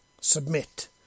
Submit